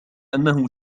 أنه